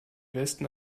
westen